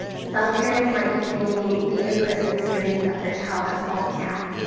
some parents might be thinking the in-person experience that their child has always had,